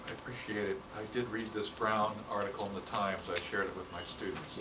appreciate it. i did read this brown article in the times. i shared it with my students.